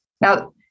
now